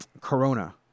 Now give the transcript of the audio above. Corona